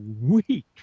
week